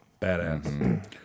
badass